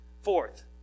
Fourth